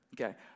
Okay